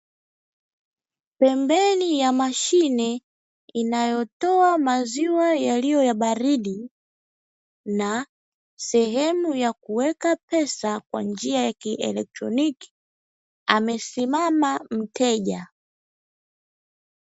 Pembeni ya mashine inayotoa maziwa yaliyo ya baridi na sehemu ya kueka pesa kwa njia ya kielektroniki, amesimama mteja.